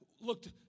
looked